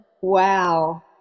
Wow